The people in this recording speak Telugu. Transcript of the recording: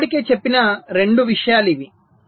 నేను ఇప్పటికే చెప్పిన రెండు విషయాలు ఇవి